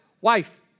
wife